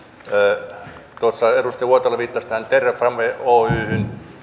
tuossa edustaja uotila viittasi tähän terrafame oyhyn